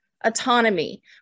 autonomy